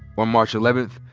on march eleventh,